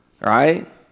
right